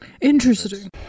Interesting